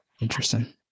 Interesting